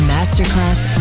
Masterclass